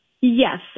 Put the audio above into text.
Yes